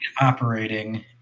operating